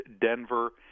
Denver